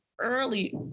early